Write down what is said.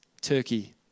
turkey